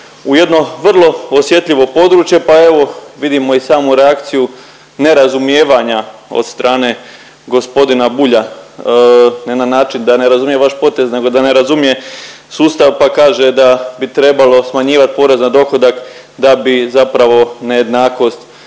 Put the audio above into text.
u jedno vrlo osjetljivo područje, pa evo vidimo i samu reakciju nerazumijevanja od strane gospodina Bulja. Ne na način da ne razumije vaš potez nego da ne razumije sustav pa kaže da bi trebalo smanjivat porez na dohodak da bi zapravo nejednakost